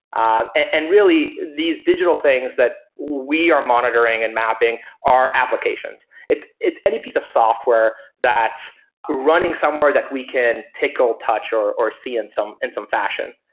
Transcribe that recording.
ah and really, these digital things that we are monitoring and mapping are applications. it's it's any piece of software software that's running somewhere that we can tickle, touch, or or see in some in some fashion.